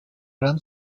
run